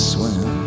Swim